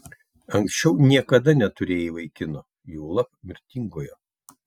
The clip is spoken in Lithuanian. anksčiau niekada neturėjai vaikino juolab mirtingojo